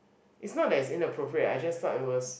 is not that is inappropriate I just felt it was